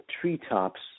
treetops